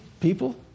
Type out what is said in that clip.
people